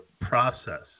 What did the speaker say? process